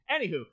Anywho